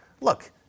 look